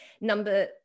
Number